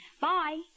Bye